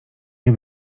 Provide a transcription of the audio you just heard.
nie